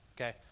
okay